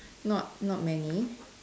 not not many